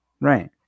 Right